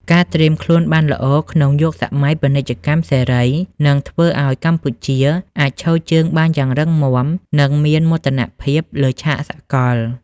ការត្រៀមខ្លួនបានល្អក្នុងយុគសម័យពាណិជ្ជកម្មសេរី នឹងធ្វើឱ្យកម្ពុជាអាចឈរជើងបានយ៉ាងរឹងមាំ និងមានមោទនភាពលើឆាកសកល។